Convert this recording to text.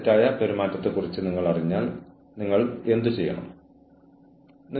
തുടർച്ചയായ ഇടപെടലുകളുള്ള പുരോഗമനപരമായ അച്ചടക്കമാണ് ഒന്ന്